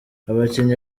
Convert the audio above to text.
abakinnyi